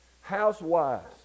housewives